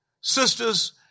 sisters